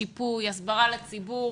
שיפוי, הסברה לציבור.